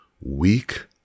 weak